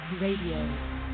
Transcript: Radio